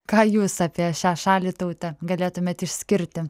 ką jūs apie šią šalį tautą galėtumėte išskirti